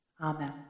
amen